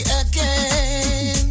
again